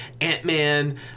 Ant-Man